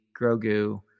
Grogu